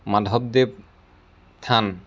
মাধৱদেৱ থান